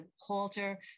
halter